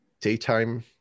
daytime